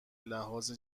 لحاظ